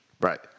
Right